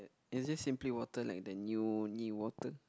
is this simply water like the new new water